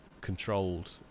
controlled